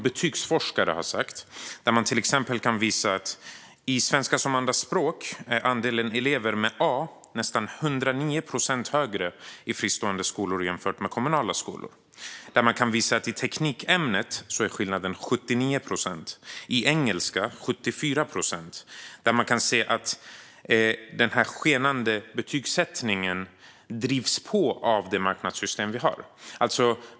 Betygsforskare kan till exempel visa att andelen elever med betyget A i svenska som andraspråk är nästan 109 procent större i fristående skolor än i kommunala skolor. I teknikämnet är skillnaden 79 procent. I engelska är den 74 procent. Man kan se att den skenande betygsättningen drivs på av det marknadssystem vi har.